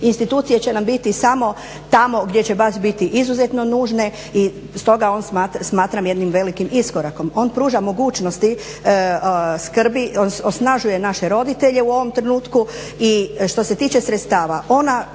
institucije će nam biti samo tamo gdje će baš biti izuzetno nužne. Stoga ovo smatram jednim velikim iskorakom. On pruža mogućnosti skrbi, osnažuje naše roditelje u ovom trenutku i što se tiče sredstava ona